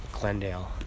Glendale